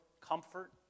comfort